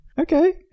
Okay